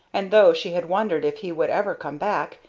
and, though she had wondered if he would ever come back,